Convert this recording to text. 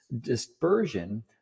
dispersion